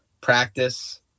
practice